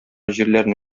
җирләрне